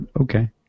okay